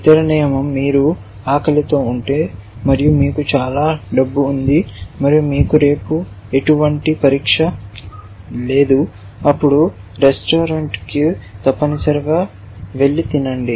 ఇతర నియమం మీరు ఆకలితో ఉంటే మరియు మీకు చాలా డబ్బు ఉంది మరియు మీకు రేపు ఎటువంటి పరీక్ష లేదు అప్పుడు రెస్టారెంట్కు తప్పనిసరిగా తినండి